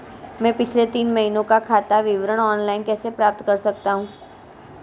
मैं पिछले तीन महीनों का खाता विवरण ऑनलाइन कैसे प्राप्त कर सकता हूं?